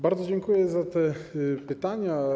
Bardzo dziękuję za te pytania.